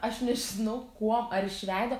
aš nežinau kuom ar iš veido